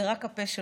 רק הפה שלך.